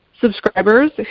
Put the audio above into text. subscribers